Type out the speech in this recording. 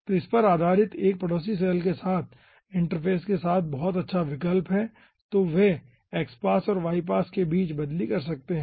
तो इस पर आधारित 1 पड़ोसी सैल के साथ इंटरफेस के साथ सबसे अच्छा विकल्प है तो वे x पास और y पास के बीच बदली कर सकते हैं